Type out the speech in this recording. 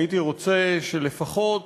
אני הייתי רוצה שלפחות